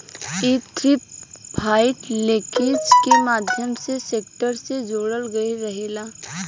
इ three point linkage के माध्यम से ट्रेक्टर से जोड़ल गईल रहेला